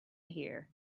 hear